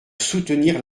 soutenir